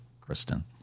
Kristen